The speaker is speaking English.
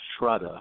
shraddha